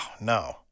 no